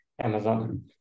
Amazon